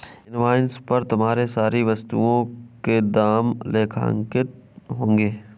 invoice पर तुम्हारे सारी वस्तुओं के दाम लेखांकित होंगे